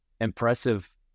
impressive